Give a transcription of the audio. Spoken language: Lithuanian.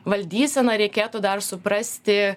valdyseną reikėtų dar suprasti